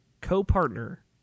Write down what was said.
co-partner